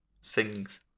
sings